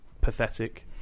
pathetic